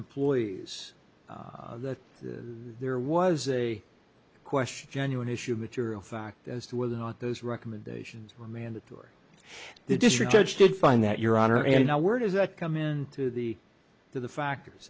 employees that the there was a question genuine issue material fact as to whether or not those recommendations were mandatory for the district judge did find that your honor in a word is that come into the to the factors